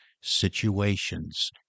situations